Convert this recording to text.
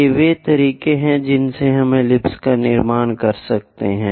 ये वे तरीके हैं जिनसे हम एलिप्स का निर्माण करते हैं